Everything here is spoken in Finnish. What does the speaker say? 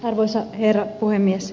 arvoisa herra puhemies